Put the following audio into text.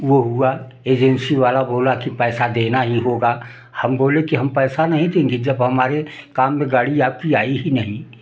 वो हुआ एजेंसी वाला बोला कि पैसा देना ही होगा हम बोले कि हम पैसा नहीं देंगे जब हमारे काम में गाड़ी आपकी आई ही नहीं